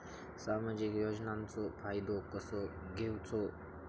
सामाजिक योजनांचो फायदो कसो घेवचो?